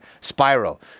spiral